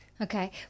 Okay